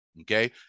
Okay